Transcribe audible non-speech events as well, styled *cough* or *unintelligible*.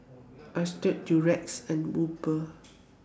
*unintelligible* Durex and Uber